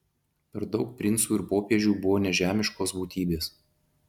per daug princų ir popiežių buvo nežemiškos būtybės